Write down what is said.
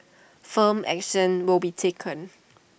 firm action will be taken